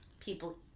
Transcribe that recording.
people